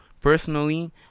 personally